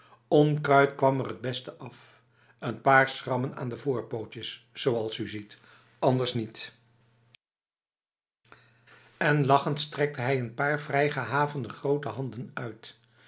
onkruid kwam er het beste af n paar schrammen aan de voorpootjes zoals u ziet anders niet en lachend strekte hij n paar vrij gehavende grote handen uit